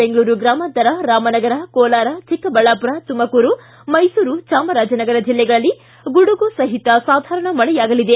ಬೆಂಗಳೂರು ಗ್ರಾಮಾಂತರ ರಾಮನಗರ ಕೋಲಾರ ಚಿಕ್ಕಬಳ್ಳಾಮರ ತುಮಕೂರು ಮೈಸೂರು ಚಾಮರಾಜನಗರ ಜಿಲ್ಲೆಗಳಲ್ಲಿ ಗುಡುಗು ಸಹಿತ ಸಾಧಾರಣ ಮಳೆಯಾಗಲಿದೆ